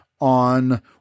on